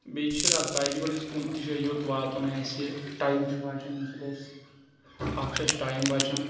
بیٚیہِ چھِ اَتھ بایکہِ پٮ۪ٹھ أسۍ کُنہِ تہِ جایہِ یوٚت واتُن آسہِ ٹایم چھُ بَچان اَمہِ سۭتۍ اَسہِ اکھ چُھ اَسہِ ٹایم بَچان